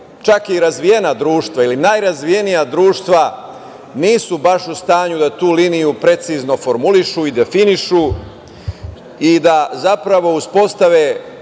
čak i razvijena društva ili najrazvijenija društva nisu baš u stanju da tu liniju preciznu formulišu i definišu i da zapravo uspostave